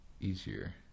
easier